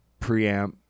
preamp